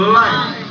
life